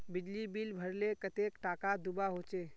बिजली बिल भरले कतेक टाका दूबा होचे?